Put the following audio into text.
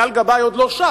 אייל גבאי עוד לא שם,